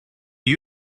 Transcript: you